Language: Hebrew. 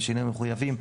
בשינויים המחויבים.